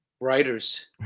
writers